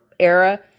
Era